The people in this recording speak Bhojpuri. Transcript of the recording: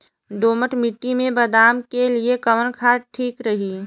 दोमट मिट्टी मे बादाम के लिए कवन खाद ठीक रही?